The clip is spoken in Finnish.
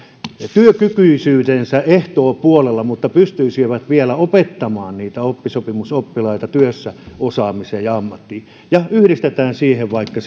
työkykyisyytensä ehtoopuolella mutta pystyisivät vielä opettamaan oppisopimusoppilaita työssä osaamiseen ja ammattiin ja yhdistetään siihen vaikka